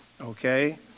Okay